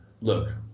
look